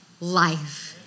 life